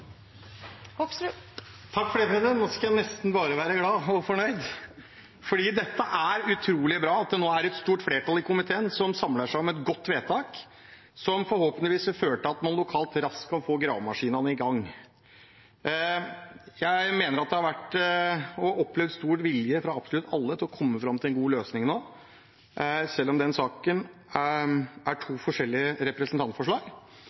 utrolig bra at det nå er et stort flertall i komiteen som samler seg om et godt vedtak som forhåpentligvis vil føre til at man lokalt raskt kan få gravemaskinene i gang. Jeg har opplevd stor vilje fra absolutt alle til å komme fram til en god løsning. Selv om denne saken er to forskjellige representantforslag,